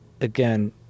again